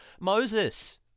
moses